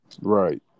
Right